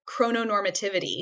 chrononormativity